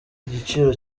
igiciro